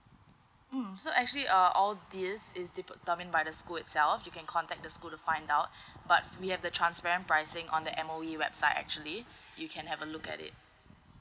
mm so actually uh all these is determined by the school itself you can contact the school to find out but we have the transparent pricing on the M_O_E website actually you can have a look at it